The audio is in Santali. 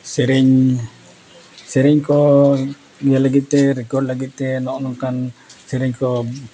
ᱥᱮᱨᱮᱧ ᱥᱮᱨᱮᱧ ᱠᱚ ᱤᱭᱟᱹ ᱞᱟᱹᱜᱤᱫ ᱛᱮ ᱨᱮᱠᱚᱨᱰ ᱞᱟᱹᱜᱤᱫ ᱛᱮ ᱱᱚᱜᱼᱚ ᱱᱚᱝᱠᱟᱱ ᱥᱮᱨᱮᱧ ᱠᱚ